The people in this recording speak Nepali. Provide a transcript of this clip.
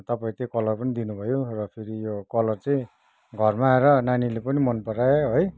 तपाईँले त्यो कलर पनि दिनुभयो र फेरि यो कलर चाहिँ घरमा आएर नानीले पनि मन परायो है